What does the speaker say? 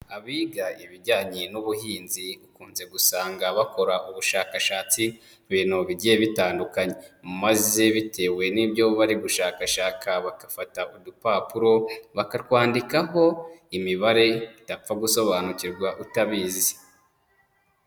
Abiga ibijyanye n'ubuhinzi ukunze gusanga bakora ubushakashatsi ku bintu bigiye bitandukanye, maze bitewe n'ibyo bari gushakashaka bagafata udupapuro bakatwandikaho imibare, utapfa gusobanukirwa utabizi.